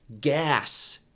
gas